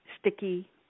sticky